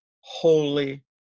holy